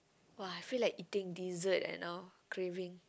!wah! I feel like eating dessert and all craving